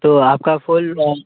तो आपका फ़ुल